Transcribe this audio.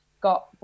got